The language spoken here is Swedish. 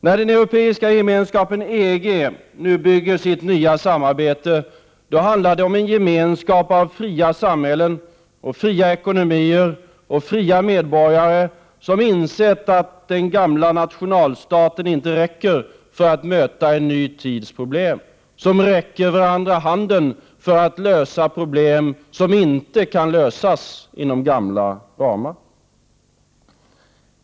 När den europeiska gemenskapen EG nu bygger sitt nya samarbete, handlar det om en gemenskap av fria samhällen och fria ekonomier och fria medborgare som insett att den gamla nationalstaten inte räcker för att möta en ny tids problem och som räcker varandra handen för att lösa problem som inte kan lösas inom gamla ramar.